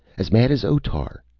as mad as otar.